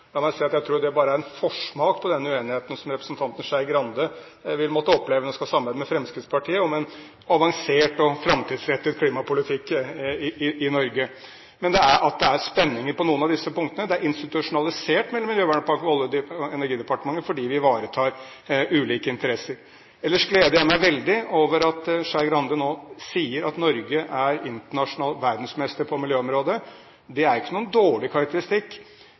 La meg si at jeg tror det bare er en forsmak på den uenigheten som representanten Skei Grande vil måtte oppleve når hun skal samarbeide med Fremskrittspartiet om en avansert og framtidsrettet klimapolitikk i Norge. Men at det er spenninger på noen av disse punktene, er institusjonalisert mellom Miljøverndepartementet og Olje- og energidepartementet fordi vi ivaretar ulike interesser. Ellers gleder jeg meg veldig over at Skei Grande nå sier at Norge er internasjonal verdensmester på miljøområdet. Det er ikke noen dårlig karakteristikk.